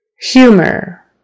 Humor